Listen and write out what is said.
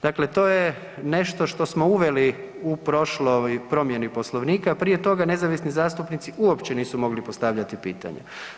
Dakle to je nešto što smo uveli u prošloj promjeni Poslovnika, a prije toga nezavisni zastupnici uopće nisu mogli postavljati pitanje.